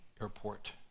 Airport